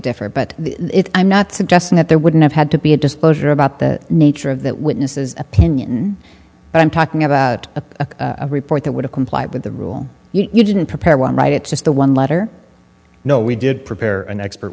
differ but the i'm not suggesting that there wouldn't have had to be a displeasure about the nature of that witnesses opinion and i'm talking about a report that would have complied with the rule you didn't prepare one right it's just the one letter no we did prepare an expert